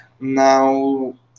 Now